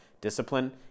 Discipline